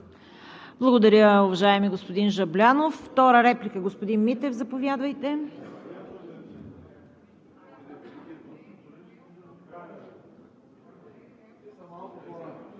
Благодаря, уважаеми господин Жаблянов. Втора реплика, господин Митев, заповядайте.